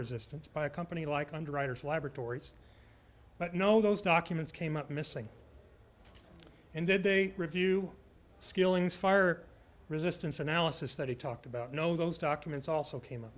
assistance by a company like underwriters laboratories but you know those documents came up missing and then they review skilling's fire resistance analysis that he talked about no those documents also came up